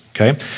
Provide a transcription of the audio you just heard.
okay